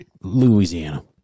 Louisiana